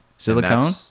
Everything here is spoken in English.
silicone